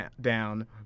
down